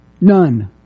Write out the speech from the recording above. None